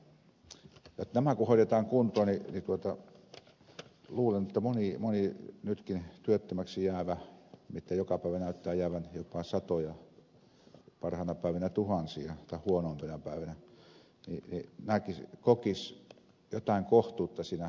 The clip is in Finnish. nämä kun hoidetaan kuntoon niin luulen että moni nytkin työttömäksi jäävä joka päivä heitä näyttää jäävän jopa satoja huonoimpina päivinä tuhansia kokisi jotain kohtuutta siinä työttömyyden ahdingossa